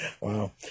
Wow